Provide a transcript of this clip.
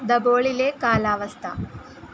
ദബോളിലെ കാലാവസ്ഥ